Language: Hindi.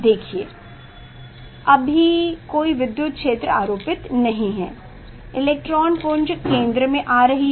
देखिए अभी कोई विद्युत क्षेत्र आरोपित नहीं है इलेक्ट्रॉन पुंज केंद्र में आ रही है